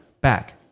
back